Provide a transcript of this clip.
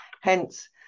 Hence